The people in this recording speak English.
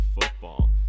football